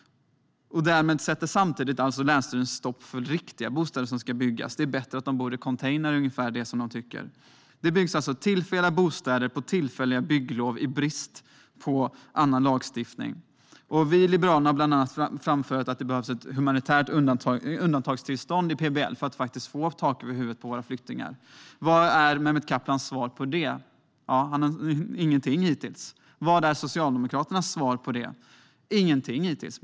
Därmed sätter alltså länsstyrelsen stopp för riktiga bostäder som behöver byggas. De verkar tycka att det är bättre att flyktingarna bor i containrar. Det byggs tillfälliga bostäder med tillfälliga bygglov i brist på annan lagstiftning. Vi i Liberalerna har bland annat framfört att det behövs ett humanitärt undantagstillstånd i PBL för att våra flyktingar faktiskt ska få tak över huvudet. Vad är Mehmet Kaplans svar på det? Ingenting hittills. Vad är Socialdemokraternas svar på det? Ingenting hittills.